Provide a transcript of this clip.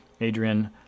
Adrian